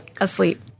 asleep